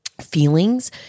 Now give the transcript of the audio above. feelings